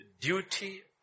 duty